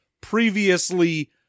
previously